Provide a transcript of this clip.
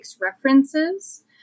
references